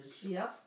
Yes